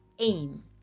aim